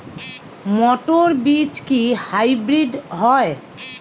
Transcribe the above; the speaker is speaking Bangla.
মটর বীজ কি হাইব্রিড হয়?